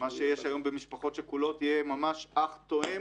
מה שיש היום במשפחות שכולות יהיה ממש אח תואם